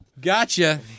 Gotcha